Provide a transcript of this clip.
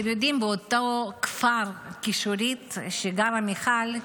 אתם יודעים, באותו כפר כישורית, שבו גרה מיכל,